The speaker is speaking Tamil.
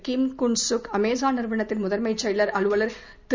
கிம் குன் சுக் அமேசான் நிறுவனத்தின் முதன்மைச் செயன் அலுவவா் திரு